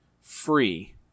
free